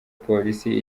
polisi